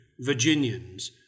Virginians